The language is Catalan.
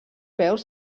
peus